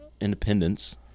independence